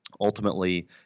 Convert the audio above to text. ultimately